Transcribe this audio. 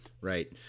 Right